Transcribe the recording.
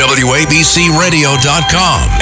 wabcradio.com